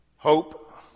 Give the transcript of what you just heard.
Hope